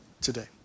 today